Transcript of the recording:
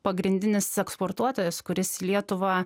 pagrindinis eksportuotojas kuris lietuvą